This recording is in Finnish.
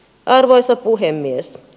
arvoisa puhemies